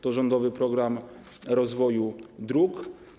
To rządowy program rozwoju dróg.